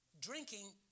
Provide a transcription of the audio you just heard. Drinking